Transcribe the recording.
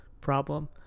problem